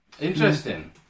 Interesting